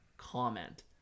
comment